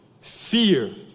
fear